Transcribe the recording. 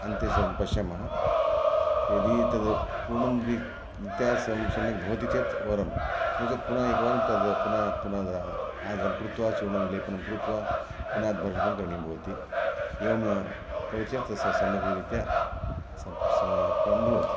अन्ते सर्वं पश्यामः यदि तत् पूर्णमपि व्यत्यासं सम्यक् भवन्ति चेत् वरं नो चेत् पुनः एकवारं तत् पुनः पुनः आर्दं कृवा चूर्णं लेपनं कृत्वा पुनः घर्षणं करणीयं भवति एवमेव करोति चेत् सः समयक् रीत्या सम् समाप्तं भवति